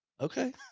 Okay